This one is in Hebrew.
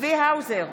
צבי האוזר,